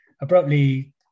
Abruptly